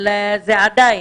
עדיין,